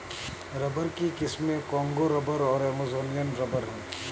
rubber की किस्में Congo rubber और अमेजोनियन रबर हैं